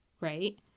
right